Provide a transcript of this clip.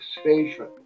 station